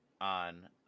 on